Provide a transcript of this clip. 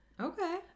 Okay